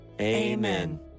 Amen